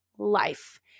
Life